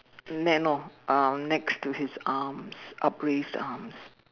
man no um next to his arms upraised arms